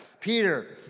Peter